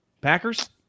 Packers